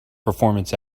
performance